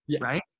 right